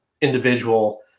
individual